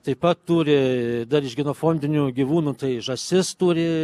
taip pat turi dar iš genofondinių gyvūnų tai žąsis turi